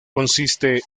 consiste